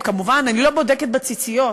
אני כמובן לא בודקת בציציות